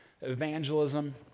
evangelism